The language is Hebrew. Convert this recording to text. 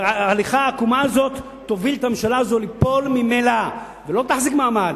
וההליכה העקומה הזאת תוביל את הממשלה הזאת ליפול ממילא ולא תחזיק מעמד.